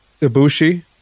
Ibushi